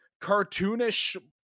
cartoonish